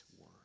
word